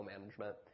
management